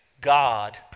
God